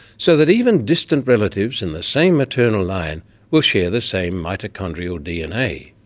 so that even distant relatives in the same maternal line will share the same mitochondrial dna.